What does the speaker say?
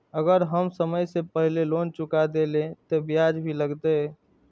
अगर हम समय से पहले लोन चुका देलीय ते ब्याज भी लगते?